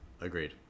Agreed